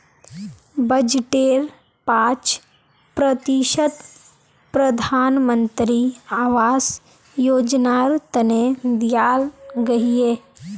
बजटेर पांच प्रतिशत प्रधानमंत्री आवास योजनार तने दियाल गहिये